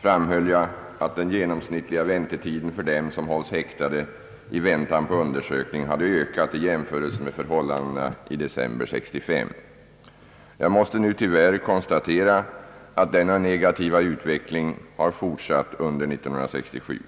framhöll jag, att den genomsnittliga väntetiden för dem som hålls häktade i väntan på undersökning hade ökat i jämförelse med förhållandena i december 1965. Jag måste tyvärr konstatera att denna negativa utveckling fortsatt under år 1967.